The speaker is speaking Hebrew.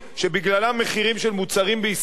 שבגללם מחירים של מוצרים בישראל